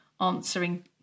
answering